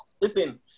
listen